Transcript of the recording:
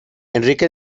enrique